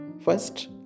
first